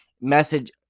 message